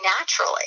naturally